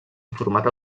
informat